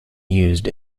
used